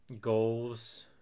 Goals